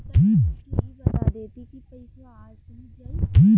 तनि हमके इ बता देती की पइसवा आज पहुँच जाई?